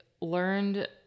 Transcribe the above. learned